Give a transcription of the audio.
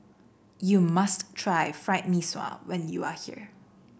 you must try Fried Mee Sua when you are here